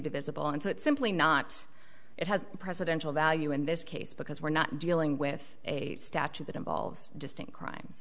divisible into it simply not it has a presidential value in this case because we're not dealing with a statute that involves distinct crime